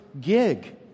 gig